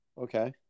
Okay